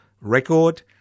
record